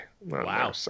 Wow